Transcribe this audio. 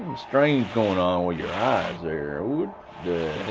strange going on with your eyes there. what the